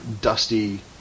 dusty